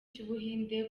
cy’ubuhinde